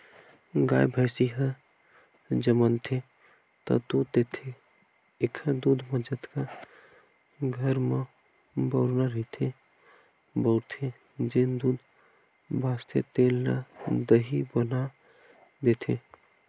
गाय, भइसी ह जमनथे त दूद देथे एखर दूद म जतका घर म बउरना रहिथे बउरथे, जेन दूद बाचथे तेन ल दही बना देथे